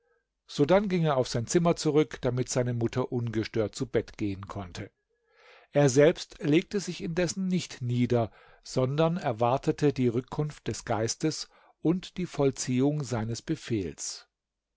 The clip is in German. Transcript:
sodann ging er auf sein zimmer zurück damit seine mutter ungestört zu bett gehen konnte er selbst legte sich indessen nicht nieder sondern erwartete die rückkunft des geistes und die vollziehung seines befehls